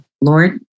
Lord